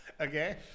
Okay